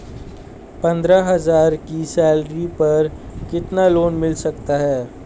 पंद्रह हज़ार की सैलरी पर कितना लोन मिल सकता है?